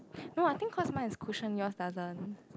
no I think cause mine is cushion yours doesn't